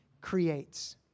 creates